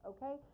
Okay